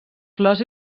flors